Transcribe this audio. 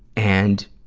and,